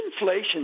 inflation